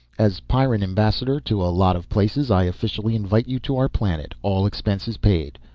as pyrran ambassador to a lot of places i officially invite you to our planet. all expenses paid.